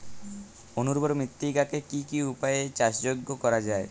অনুর্বর মৃত্তিকাকে কি কি উপায়ে চাষযোগ্য করা যায়?